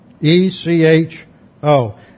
E-C-H-O